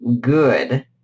good